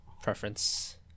preference